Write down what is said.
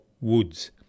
Woods